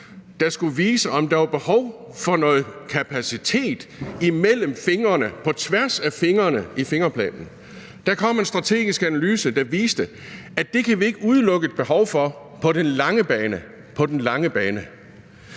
der skulle vise, om der var behov for noget kapacitet imellem fingrene, på tværs af fingrene, i fingerplanen. Der kom en strategisk analyse, der viste, at det kunne man ikke udelukke at der var behov for på den lange bane – på den lange bane.